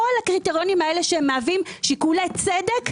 כל הקריטריונים האלה שמהווים שיקולי צדק.